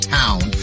town